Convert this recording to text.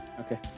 Okay